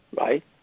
right